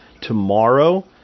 tomorrow